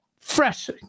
fresh